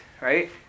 right